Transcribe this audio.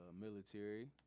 Military